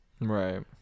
right